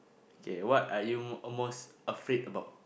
okay what are you mo~ most afraid about